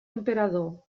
emperador